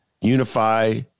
Unify